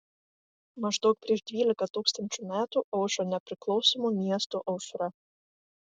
maždaug prieš dvylika tūkstančių metų aušo nepriklausomų miestų aušra